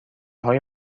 های